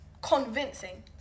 Convincing